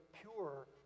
pure